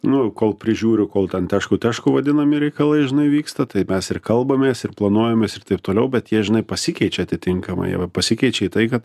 nu kol prižiūri kol ten tešku tešku vadinami reikalai žinai vyksta taip mes ir kalbamės ir planuojamės ir taip toliau bet jie žinai pasikeičia atitinkamai o pasikeičia į tai kad